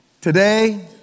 Today